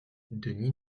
denis